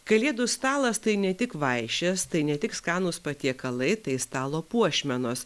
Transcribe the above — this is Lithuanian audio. kalėdų stalas tai ne tik vaišės tai ne tik skanūs patiekalai tai stalo puošmenos